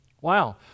Wow